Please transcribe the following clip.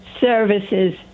Services